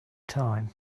time